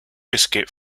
biscuit